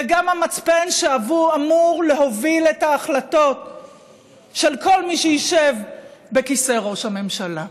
וגם המצפן שאמור להוביל את ההחלטות של כל מי שישב בכיסא ראש הממשלה.